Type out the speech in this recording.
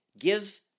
Give